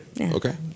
okay